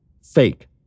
Fake